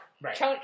Right